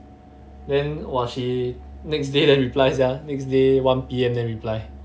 then !wah! she next day then reply sia next day one P_M then reply